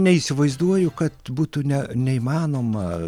neįsivaizduoju kad būtų ne neįmanoma